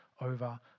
over